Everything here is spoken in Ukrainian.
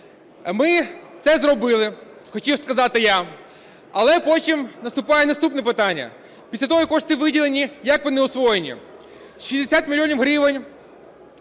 Ми це зробили, хотів сказати я. Але потім наступає наступне питання: після того, як кошти виділені, як вони освоєні? 60 мільйонів гривень